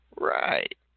Right